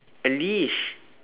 a leash